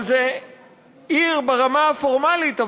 זו עיר ברמה הפורמלית,